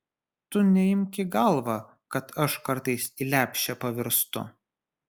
tu neimk į galvą kad aš kartais į lepšę pavirstu